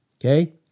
Okay